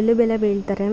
ಎಳ್ಳು ಬೆಲ್ಲ ಬೀರ್ತಾರೆ